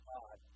God